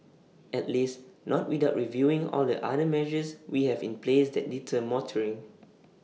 at least not without reviewing all the other measures we have in place that deter motoring